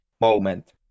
moment